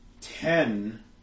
Ten